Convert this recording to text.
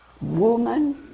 Woman